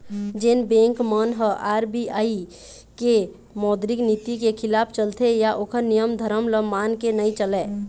जेन बेंक मन ह आर.बी.आई के मौद्रिक नीति के खिलाफ चलथे या ओखर नियम धरम ल मान के नइ चलय